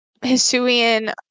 Hisuian